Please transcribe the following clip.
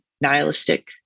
nihilistic